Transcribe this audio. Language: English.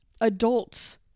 adults